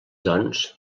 doncs